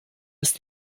ist